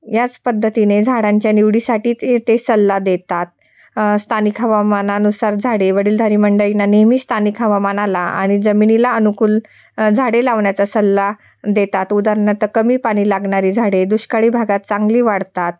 याच पद्धतीने झाडांच्या निवडीसाठी ते ते सल्ला देतात स्थानिक हवामानानुसार झाडे वडीलधारी मंडळीना नेहमी स्थानिक हवामानाला आणि जमिनीला अनुकूल झाडे लावण्याचा सल्ला देतात उदाहरणार्थ कमी पाणी लागणारी झाडे दुष्काळी भागात चांगली वाढतात